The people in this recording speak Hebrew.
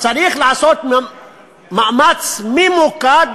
צריך לעשות מאמץ ממוקד